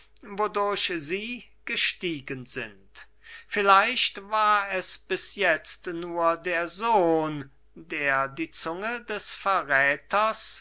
gestiegen sind vielleicht war es bis jetzt nur der sohn der die zunge des verräthers